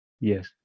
yes